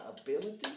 ability